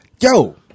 Yo